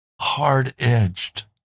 hard-edged